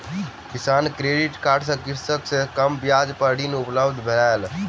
किसान credit card सँ कृषक के कम ब्याज पर ऋण उपलब्ध भेल